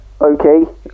Okay